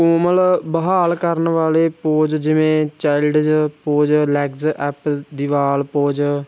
ਕੋਮਲ ਬਹਾਲ ਕਰਨ ਵਾਲੇ ਪੋਜ ਜਿਵੇਂ child's pose legs up the wall pose